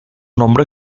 nombre